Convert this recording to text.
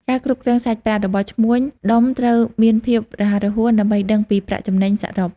ការគ្រប់គ្រងសាច់ប្រាក់ របស់ឈ្មួញដុំត្រូវមានភាពរហ័សរហួនដើម្បីដឹងពីប្រាក់ចំណេញសរុប។